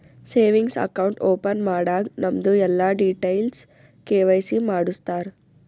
savings account open ಮಾಡಾಗ್ ನಮ್ದು ಎಲ್ಲಾ ಡೀಟೇಲ್ಸ್ ಕೆ.ವೈ.ಸಿ ಮಾಡುಸ್ತಾರ್